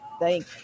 thank